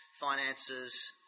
finances